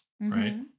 right